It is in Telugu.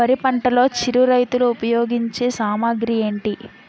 వరి పంటలో చిరు రైతులు ఉపయోగించే సామాగ్రి ఏంటి?